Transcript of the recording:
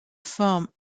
forment